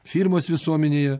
firmos visuomenėje